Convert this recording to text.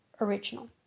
original